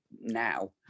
now